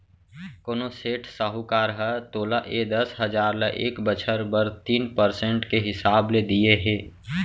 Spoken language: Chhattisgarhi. कोनों सेठ, साहूकार ह तोला ए दस हजार ल एक बछर बर तीन परसेंट के हिसाब ले दिये हे?